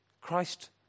Christ